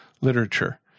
literature